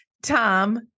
Tom